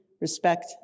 respect